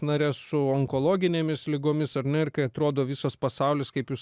nares su onkologinėmis ligomis ar ne ir kai atrodo visas pasaulis kaip jūs